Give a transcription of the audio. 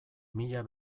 mila